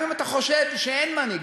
גם אם אתה חושד שאין מנהיג,